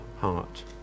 heart